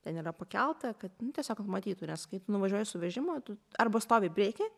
ten yra pakelta kad nu tiesiog kad matytų nes kai tu nuvažiuoji su vežimu tu arba stovi prieky